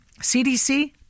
CDC